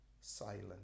silent